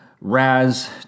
Raz